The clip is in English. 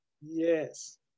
Yes